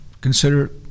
consider